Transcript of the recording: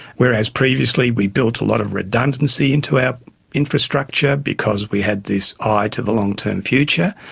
whereas previously we built a lot of redundancy into our infrastructure because we had this eye to the long-term future,